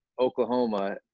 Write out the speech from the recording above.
Oklahoma